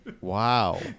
Wow